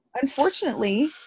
Unfortunately